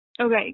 Okay